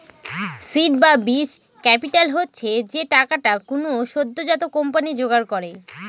seed বা বীজ capital হচ্ছে যে টাকাটা কোনো সদ্যোজাত কোম্পানি জোগাড় করে